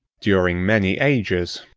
during many ages,